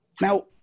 Now